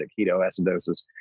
ketoacidosis